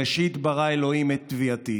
בראשית ברא אלוהים את תביעתי'".